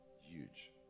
huge